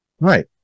Right